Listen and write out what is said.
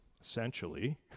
essentially